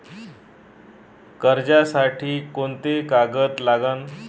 कर्जसाठी कोंते कागद लागन?